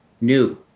New